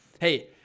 hey